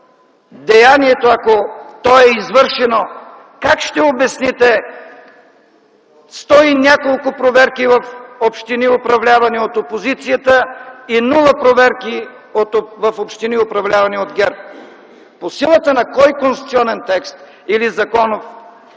деянието, ако то е извършено): как ще обясните сто и няколко проверки в общини, управлявани от опозицията, и нула проверки в общини, управлявани от ГЕРБ?! По силата на кой конституционен или законов